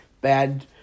bad